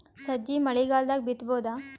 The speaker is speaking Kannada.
ಸಜ್ಜಿ ಮಳಿಗಾಲ್ ದಾಗ್ ಬಿತಬೋದ?